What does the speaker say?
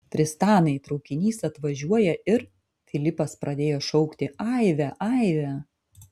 tristanai traukinys atvažiuoja ir filipas pradėjo šaukti aive aive